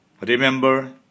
Remember